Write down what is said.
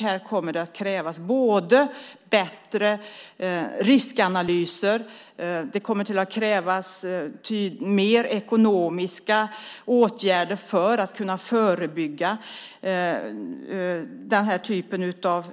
Det kommer att krävas bättre riskanalyser och fler ekonomiska åtgärder för att kunna förebygga den här typen av